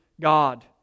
God